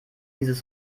dieses